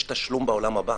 יש תשלום בעולם הבא.